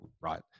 Right